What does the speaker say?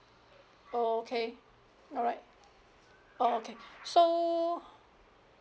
okay alright oh okay so